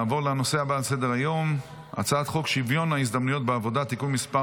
(תיקון מס'